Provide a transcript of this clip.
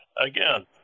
again